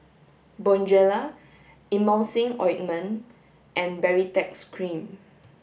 Bonjela Emulsying ointment and Baritex cream